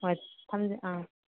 ꯍꯣꯏ ꯊꯝꯖ ꯑꯥ